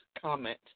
comment